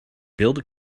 build